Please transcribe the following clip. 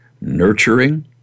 nurturing